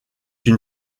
une